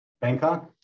Bangkok